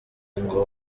ngo